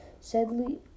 sadly